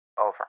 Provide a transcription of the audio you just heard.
Over